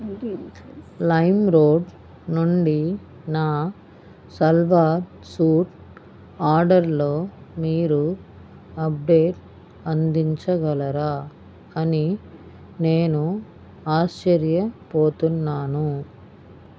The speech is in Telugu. లైమ్రోడ్ నుండి నా సల్వార్ సూట్ ఆర్డర్లో మీరు అప్డేట్ అందించగలరా అని నేను ఆశ్చర్యపోతున్నాను